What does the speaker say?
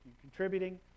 contributing